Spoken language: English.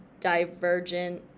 Divergent